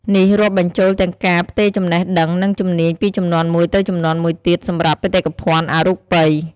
នេះរាប់បញ្ចូលទាំងការផ្ទេរចំណេះដឹង និងជំនាញពីជំនាន់មួយទៅជំនាន់មួយទៀតសម្រាប់បេតិកភណ្ឌអរូបី។